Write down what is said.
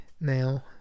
Now